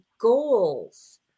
goals